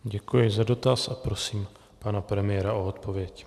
Děkuji za dotaz a prosím pana premiéra o odpověď.